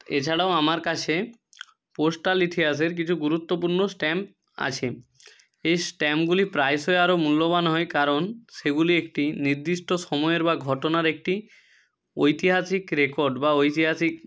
এছাড়াও আমার কাছে পোস্টাল ইতিহাসের কিছু গুরুত্বপূর্ণ স্ট্যাম্প আছে এই স্ট্যাম্পগুলির প্রায়শই আরো মূল্যবান হয় কারণ সেগুলি একটি নির্দিষ্ট সময়ের বা ঘটনার একটি ঐতিহাসিক রেকর্ড বা ঐতিহাসিক